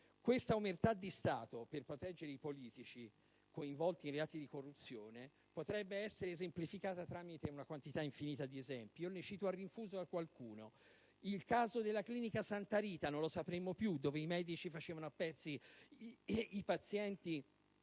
Questa omertà di Stato per proteggere i politici coinvolti in reati di corruzione potrebbe essere esemplificata tramite una quantità infinita di esempi. Ne cito alla rinfusa solo alcuni: il caso della clinica Santa Rita, in cui i medici facevano a pezzi i pazienti